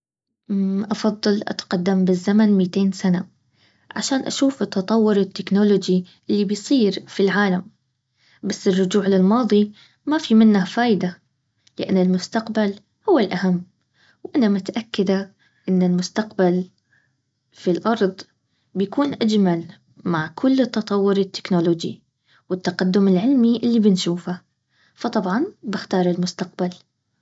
افضل اتقدم بالزمن مئتين سنة عشان اشوف التطور التكنولوجي اللي بيصير في العالم بس الرجوع للماضي ما في منه فايدة لان المستقبل هو الاهم وانا متأكدة ان المستقبل في الارض بيكون اجمل مع كل تطور التكنولوجيا والتقدم العلمي اللي بنشوفه فطبعا باختار المستقبل